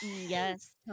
yes